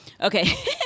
okay